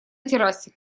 террасе